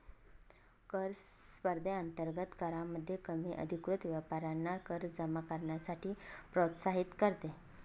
कर स्पर्धेअंतर्गत करामध्ये कमी अधिकृत व्यापाऱ्यांना कर जमा करण्यासाठी प्रोत्साहित करते